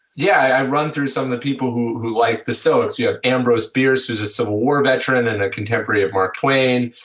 yeah, i've run through some of the people who who like the stoics, yeah, ambrose bierce was a civil war veteran and an contemporary of mark twain.